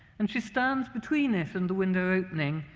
and she stands between it and the window opening,